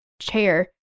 chair